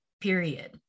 period